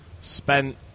spent